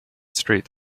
straight